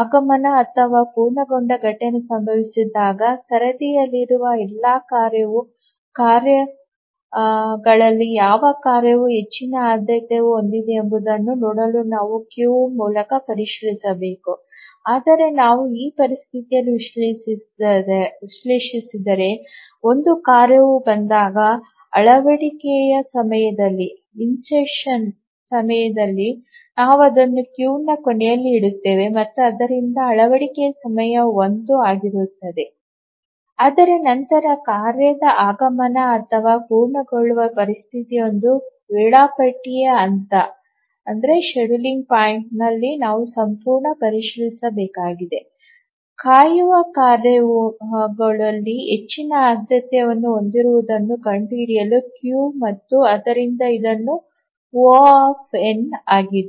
ಆಗಮನ ಅಥವಾ ಪೂರ್ಣಗೊಂಡ ಘಟನೆ ಸಂಭವಿಸಿದಾಗ ಸರದಿಯಲ್ಲಿರುವ ಎಲ್ಲಾ ಕಾಯುವ ಕಾರ್ಯಗಳಲ್ಲಿ ಯಾವ ಕಾರ್ಯವು ಹೆಚ್ಚಿನ ಆದ್ಯತೆಯನ್ನು ಹೊಂದಿದೆ ಎಂಬುದನ್ನು ನೋಡಲು ನಾವು ಕ್ಯೂ ಮೂಲಕ ಪರಿಶೀಲಿಸಬೇಕು ಆದರೆ ನಾವು ಈ ಪರಿಸ್ಥಿತಿಯನ್ನು ವಿಶ್ಲೇಷಿಸಿದರೆ ಒಂದು ಕಾರ್ಯವು ಬಂದಾಗ ಅಳವಡಿಕೆಯ ಸಮಯದಲ್ಲಿ ನಾವು ಅದನ್ನು ಕ್ಯೂನ ಕೊನೆಯಲ್ಲಿ ಇಡುತ್ತೇವೆ ಮತ್ತು ಆದ್ದರಿಂದ ಅಳವಡಿಕೆಯ ಸಮಯ 1 ಆಗಿರುತ್ತದೆ ಆದರೆ ನಂತರ ಕಾರ್ಯದ ಆಗಮನ ಅಥವಾ ಪೂರ್ಣಗೊಳ್ಳುವ ಪ್ರತಿಯೊಂದು ವೇಳಾಪಟ್ಟಿ ಹಂತದಲ್ಲಿ ನಾವು ಸಂಪೂರ್ಣ ಪರಿಶೀಲಿಸಬೇಕಾಗಿದೆ ಕಾಯುವ ಕಾರ್ಯಗಳಲ್ಲಿ ಹೆಚ್ಚಿನ ಆದ್ಯತೆಯನ್ನು ಹೊಂದಿರುವದನ್ನು ಕಂಡುಹಿಡಿಯಲು ಕ್ಯೂ ಮತ್ತು ಆದ್ದರಿಂದ ಇದು O ಆಗಿದೆ